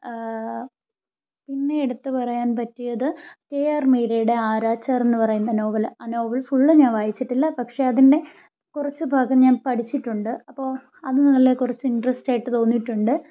പിന്നെ എടുത്ത് പറയാൻ പറ്റിയത് കെ ആർ മീരയുടെ ആരാച്ചാർ എന്ന് പറയുന്ന നോവൽ ആണ് ആ നോവൽ ഫുൾ ഞാൻ വായിച്ചിട്ടില്ല പക്ഷേ അതിൻ്റെ കുറച്ച് ഭാഗം ഞാൻ പഠിച്ചിട്ടുണ്ട് അപ്പോൾ അത് നല്ല കുറച്ച് നല്ല ഇൻ്ററെസ്റ്റ് ആയിട്ട് തോന്നിയിട്ടുണ്ട്